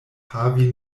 havi